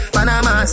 Panama